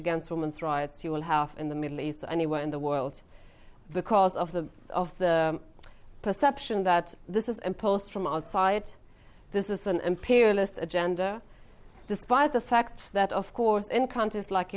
against women's rights you will have in the middle east or anywhere in the world because of the of the perception that this is imposed from outside it this is an imperialist agenda despite the fact that of course in countries like